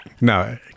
no